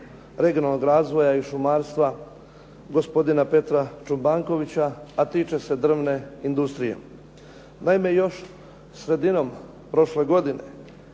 regionalnog razvoja i šumarstva gospodina Petra Čobankovića a tiče se drvne industrije. Naime, još sredinom prošle godine